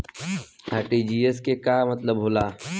RTGS के का मतलब होला?